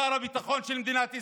שר הביטחון של מדינת ישראל,